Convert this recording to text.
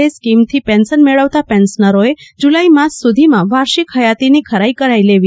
એ સ્કીમથી પેન્શન મેળવતા પેન્શનરોએ જુલાઈ માસ સુધીમાં વાર્ષિક હયાતીની ખરાઈ કરાવી લેવી